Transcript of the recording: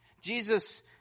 Jesus